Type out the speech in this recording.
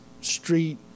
street